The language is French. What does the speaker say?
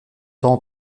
temps